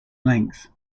length